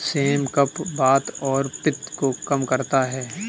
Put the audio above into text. same कफ, वात और पित्त को कम करता है